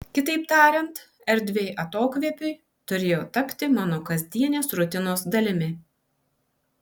kitaip tariant erdvė atokvėpiui turėjo tapti mano kasdienės rutinos dalimi